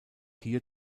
hier